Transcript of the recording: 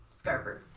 Scarper